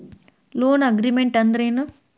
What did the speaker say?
Loan agreement ಅಂದ್ರೇನು?